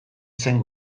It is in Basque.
zen